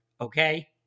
okay